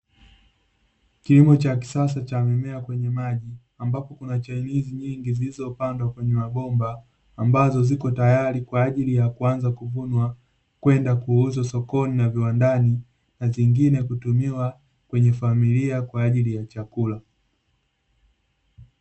Kilimo cha kisasa cha mimea kwenye maji, ambapo kuna chainizi nyingi zilizopandwa kwenye mabomba, ambazo ziko tayari kwa ajili ya kuanza kuvunwa kwenda kuuzwa sokoni na viwandani, na zingine kutumiwa kwenye familia kwa ajili ya chakula.